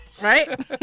Right